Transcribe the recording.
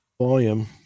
volume